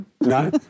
No